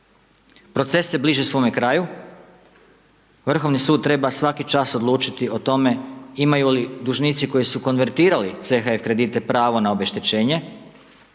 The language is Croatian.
Proces se bliži svome kraju, Vrhovni sud, treba svaki čas odlučiti o tome, imaju li dužnici koji su konvertirali CHF kredite pravo na obeštećenje,